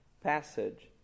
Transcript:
passage